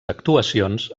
actuacions